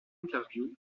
interview